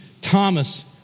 Thomas